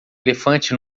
elefante